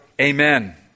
Amen